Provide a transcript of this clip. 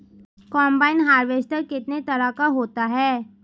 Combine harvester कितने तरह का होता है?